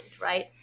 Right